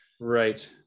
right